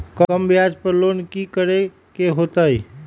कम ब्याज पर लोन की करे के होतई?